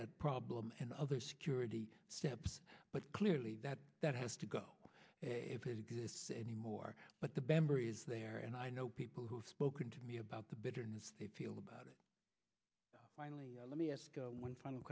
that problem and other security steps but clearly that that has to go if it exists anymore but the bamber is there and i know people who've spoken to me about the bitterness they feel about it finally let me ask one final